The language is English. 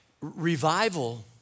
Revival